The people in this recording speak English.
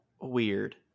weird